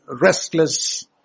restless